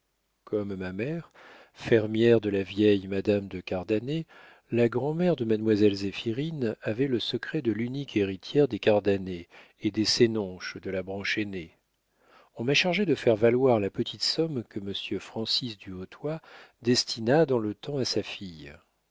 comme ma mère fermière de la vieille madame de cardanet la grand'mère de mademoiselle zéphirine avait le secret de l'unique héritière des cardanet et des sénonches de la branche aînée on m'a chargé de faire valoir la petite somme que monsieur francis du hautoy destina dans le temps à sa fille